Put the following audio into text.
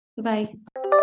Bye-bye